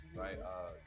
right